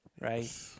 right